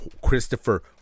Christopher